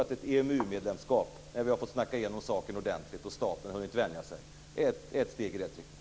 När vi har fått diskutera igenom saken ordentligt och staten har hunnit vänja sig tror jag att ett EMU medlemskap är ett steg i rätt riktning.